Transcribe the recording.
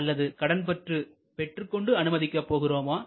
அல்லது கடன்பற்று பெற்றுக்கொண்டு அனுமதிக்கப் போகிறோமா